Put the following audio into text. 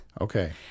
Okay